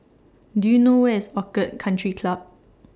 Do YOU know Where IS Orchid Country Club